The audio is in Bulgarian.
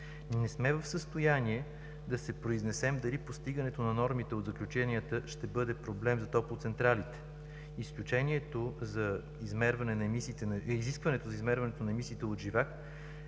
Не сме в състояние да се произнесем дали постигането на нормите от заключенията ще бъде проблем за топлоцентралите. Изискването за измерване на емисиите от живак